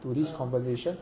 to this conversation